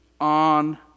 on